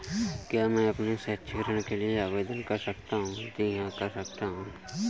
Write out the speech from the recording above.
क्या मैं अपने शैक्षिक ऋण के लिए आवेदन कर सकता हूँ?